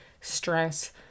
stress